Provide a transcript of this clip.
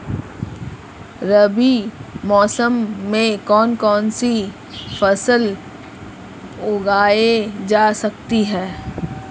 रबी मौसम में कौन कौनसी फसल उगाई जा सकती है?